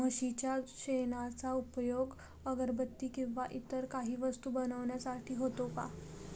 म्हशीच्या शेणाचा उपयोग अगरबत्ती किंवा इतर काही वस्तू बनविण्यासाठी होतो का?